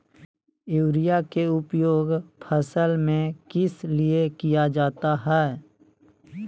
Urea के उपयोग फसल में किस लिए किया जाता है?